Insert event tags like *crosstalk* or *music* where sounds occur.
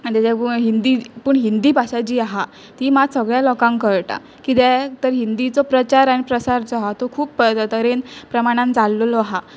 आनी तेज्या *unintelligible* हिंदी पूण हिंदी भाशा जी आहा ती मात सगळ्या लोकांक कळटा कित्याक तर हिंदीचो प्रचार आनी प्रसार जो आहा तो खूब *unintelligible* तरेन प्रमाणान जाल्लेलो आहा